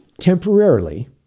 temporarily